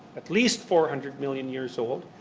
at least four hundred million years old.